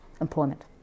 employment